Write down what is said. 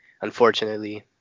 unfortunately